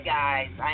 guys